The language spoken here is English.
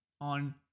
on